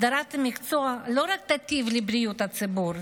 הסדרת המקצוע לא רק תיטיב לבריאות הציבור,